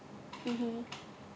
mmhmm